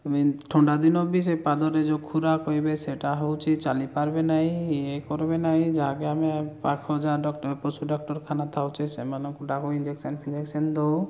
ଏମିତି ଥଣ୍ଡା ଦିନ ବି ସେ ପାଦରେ ଯେଉଁ ଖୁରା କହିବେ ସେଇଟା ହେଉଛି ଚାଲି ପାରବେ ନାହିଁ ଇଏ କରବେ ନାହିଁ ଯାହାକି ଆମେ ପାଖ ଯାହା ପଶୁ ଡାକ୍ତରଖାନା ଥାଉଛି ସେମାନଙ୍କୁ ଡାକୁ ଇଂଜେକ୍ସନ୍ ଫିନ୍ଜେକ୍ସନ୍ ଦେଉ